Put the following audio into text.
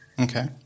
Okay